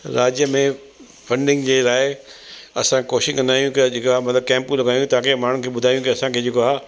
राज्य में फंडिंग जे लाइ असां कोशिशि कंदा आहियूं की अॼ खां कैंपू लॻायूं ताकी माण्हुनि खे ॿुधायूं की असांखे जेको आहे